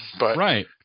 Right